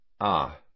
Ah